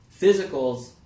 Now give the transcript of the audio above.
Physicals